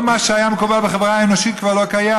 כל מה שהיה מקובל בחברה האנושית כבר לא קיים.